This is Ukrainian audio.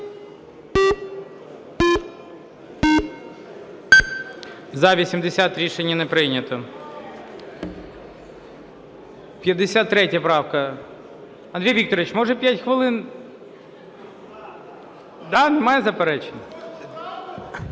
За-80 Рішення не прийнято. 53 правка. Андрій Вікторович, може, 5 хвилин? Да, немає заперечень?